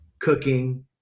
cooking